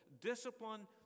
Discipline